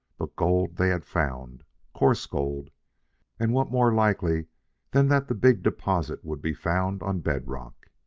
but gold they had found coarse gold and what more likely than that the big deposit would be found on bed-rock?